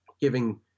giving